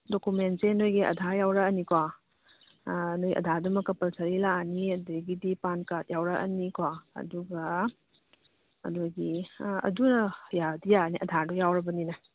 ꯗꯣꯀꯨꯃꯦꯟꯁꯦ ꯅꯣꯏꯒꯤ ꯑꯥꯙꯥꯔ ꯌꯥꯎꯔꯛꯑꯅꯤꯀꯣ ꯑꯥ ꯅꯣꯏ ꯑꯥꯙꯥꯔꯗꯨꯃ ꯀꯄꯜꯁꯔꯤ ꯂꯥꯛꯑꯅꯤ ꯑꯗꯒꯤꯗꯤ ꯄꯥꯟ ꯀꯥꯔꯗ ꯌꯥꯎꯔꯛꯑꯅꯤꯀꯣ ꯑꯗꯨꯒ ꯑꯗꯨꯒꯤ ꯑꯥ ꯑꯗꯨꯅ ꯌꯥꯗꯤ ꯌꯥꯔꯅꯤ ꯑꯥꯙꯥꯔꯗꯨ ꯌꯥꯎꯔꯕꯅꯤꯅ